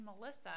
Melissa